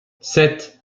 sept